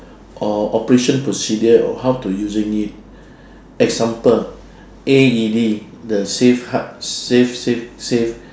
or operation procedure or how to using it example A_E_D the save heart save save save